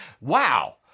wow